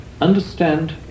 understand